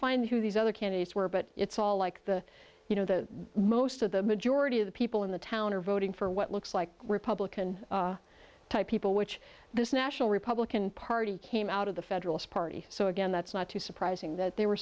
find who these other candidates were but it's all like the you know the most of the majority of the people in the town are voting for what looks like republican type people which this national republican party came out of the federalist party so again that's not too surprising that they were